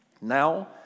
Now